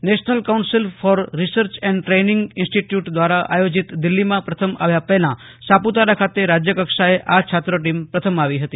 national council for research and training institute દ્વારા આયોજિત દિલ્હીમાં પ્રથમ આવ્યા પહેલાં સાપુતારા ખાતે રાજ્યકક્ષાએ આ છાત્ર ટીમ પ્રથમ આવી હતી